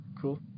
Cool